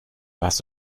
warst